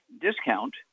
discount